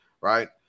right